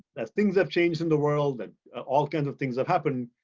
as things have changed in the world, all kinds of things have happened,